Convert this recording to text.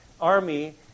army